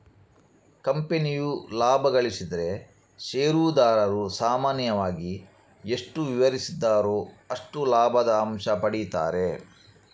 ಕಂಪನಿಯು ಲಾಭ ಗಳಿಸಿದ್ರೆ ಷೇರುದಾರರು ಸಾಮಾನ್ಯವಾಗಿ ಎಷ್ಟು ವಿವರಿಸಿದ್ದಾರೋ ಅಷ್ಟು ಲಾಭದ ಅಂಶ ಪಡೀತಾರೆ